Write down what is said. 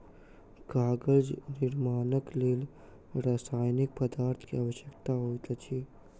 कागज निर्माणक लेल रासायनिक पदार्थ के आवश्यकता होइत अछि